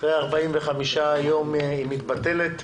אחרי 45 יום היא מתבטלת.